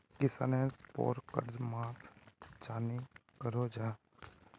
किसानेर पोर कर्ज माप चाँ नी करो जाहा?